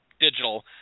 digital